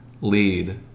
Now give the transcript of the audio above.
lead